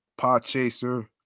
Podchaser